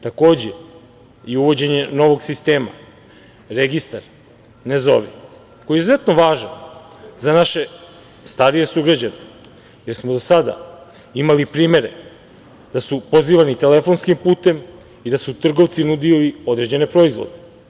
Takođe, i uvođenje novog sistema, registar „ne zovi“, koji je izuzetno važan za naše starije sugrađane, jer smo do sada imali primere da su pozivani telefonskim putem i da su trgovci nudili određene proizvode.